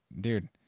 dude